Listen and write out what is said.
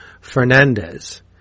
Fernandez